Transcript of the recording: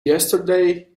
yesterday